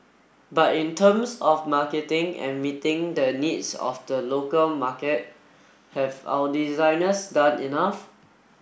but in terms of marketing and meeting the needs of the local market have our designers done enough